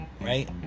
right